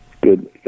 Good